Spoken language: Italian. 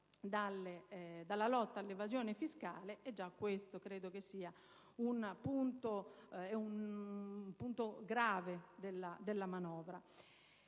dalla lotta all'evasione fiscale, e già questo è un punto grave della manovra.